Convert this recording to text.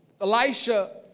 Elisha